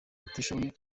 batishoboye